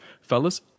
Fellas